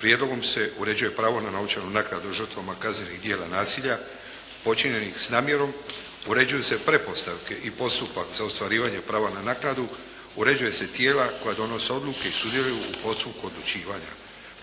Prijedlogom se uređuje pravo na novčanu naknadu žrtvama kaznenih djela nasilja počinjenih s namjerom, uređuje se pretpostavke i postupak za ostvarivanje prava na naknadu, uređuju se tijela koja donose odluke i sudjeluju u postupku odlučivanja,